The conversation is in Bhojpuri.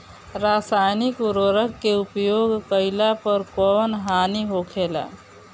रसायनिक उर्वरक के उपयोग कइला पर कउन हानि होखेला?